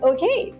Okay